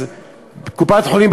אז קופת-חולים,